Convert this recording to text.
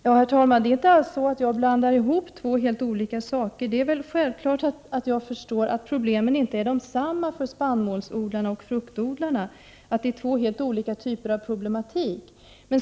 Herr talman! Jag blandar inte alls ihop två helt olika saker. Det är självklart att jag förstår att problemen inte är desamma för spannmålsodlarna som för fruktodlarna, utan att det är två helt olika typer av problematik.